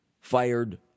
fired